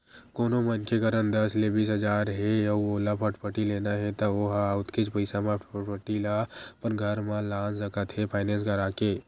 कोनो मनखे करन दस ले बीस हजार हे अउ ओला फटफटी लेना हे त ओ ह ओतकेच पइसा म फटफटी ल अपन घर म लान सकत हे फायनेंस करा के